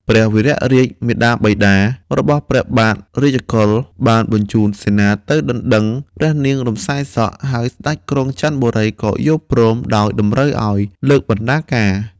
ព្រះវររាជមាតាបិតារបស់ព្រះបាទរាជកុល បានបញ្ជូនសេនាទៅដណ្ដឹងព្រះនាងរំសាយសក់ ហើយស្ដេចក្រុងចន្ទបុរីក៏យល់ព្រម ដោយតម្រូវឲ្យលើកបណ្ណាការ។